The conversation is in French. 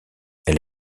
elle